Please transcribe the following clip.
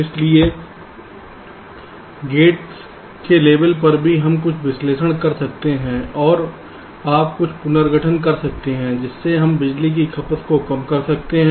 इसलिएगेट्स के लेबल पर भी हम कुछ विश्लेषण कर सकते हैं और आप कुछ पुनर्गठन कर सकते हैं जिससे हम बिजली की खपत को कम कर सकते हैं